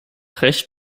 recht